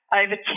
over